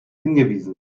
hingewiesen